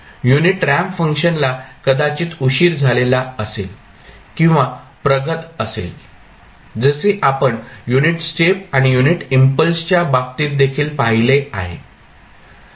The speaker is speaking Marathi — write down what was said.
युनिट रॅम्प फंक्शनला कदाचित उशीर झालेला असेल किंवा प्रगत असेल जसे आपण युनिट स्टेप आणि युनिट इम्पल्सच्या बाबतीत देखील पाहिले आहे